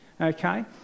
Okay